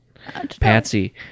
patsy